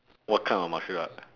what kind of martial art